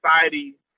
society